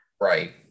Right